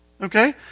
okay